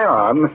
on